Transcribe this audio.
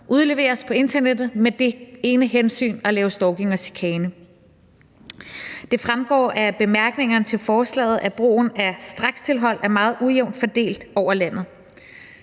udleveres på internettet med det ene formål at lave stalking og chikane. Det fremgår af bemærkningerne til forslaget, at brugen af strakstilhold er meget ujævnt fordelt over landet.